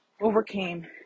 overcame